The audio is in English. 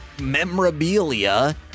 memorabilia